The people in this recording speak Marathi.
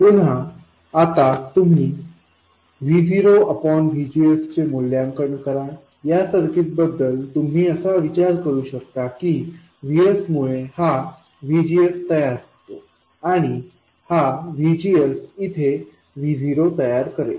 पुन्हा आता तुम्ही VO VGSचे मूल्यांकन करा या सर्किटबद्दल तुम्ही असा विचार करू शकता की VSमुळे हा VGSतयार होतो आणि हा VGS इथे VOतयार करेल